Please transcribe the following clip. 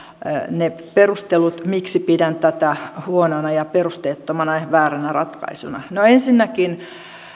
ne perustelut miksi pidän tätä huonona ja perusteettomana ja vääränä ratkaisuna ensinnäkin